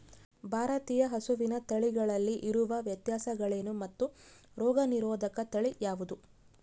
ಭಾರತೇಯ ಹಸುವಿನ ತಳಿಗಳಲ್ಲಿ ಇರುವ ವ್ಯತ್ಯಾಸಗಳೇನು ಮತ್ತು ರೋಗನಿರೋಧಕ ತಳಿ ಯಾವುದು?